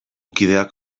kideak